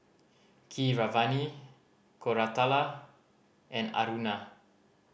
Keeravani Koratala and Aruna